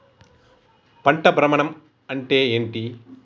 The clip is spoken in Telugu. పంట భ్రమణం అంటే ఏంటి?